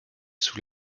sous